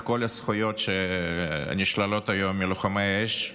כל הזכויות שנשללות היום מלוחמי האש,